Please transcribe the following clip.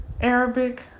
Arabic